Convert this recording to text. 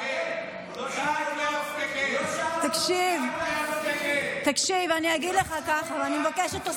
לא, את אפילו לא הקשבת.